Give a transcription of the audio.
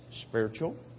spiritual